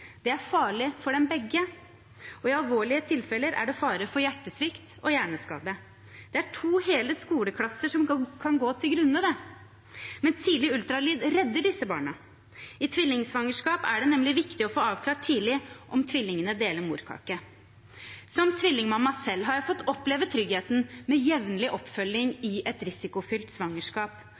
Det er farlig for dem begge, og i alvorlige tilfeller er det fare for hjertesvikt og hjerneskade. Det er to hele skoleklasser som kan gå til grunne! Tidlig ultralyd redder disse barna. I tvillingsvangerskap er det nemlig viktig å få avklart tidlig om tvillingene deler morkake. Som tvillingmamma selv har jeg fått oppleve tryggheten med jevnlig oppfølging i et risikofylt svangerskap.